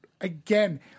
again